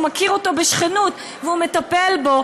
שהוא מכיר אותו בשכנות והוא מטפל בו,